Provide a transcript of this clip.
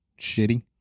shitty